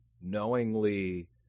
knowingly